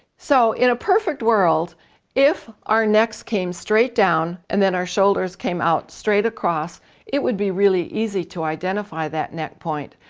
so in a perfect world if our necks came straight down and then our shoulders came out straight across it would be really easy to identify that neck point.